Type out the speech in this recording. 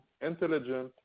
intelligent